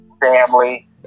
family